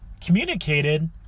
communicated